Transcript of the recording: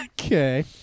okay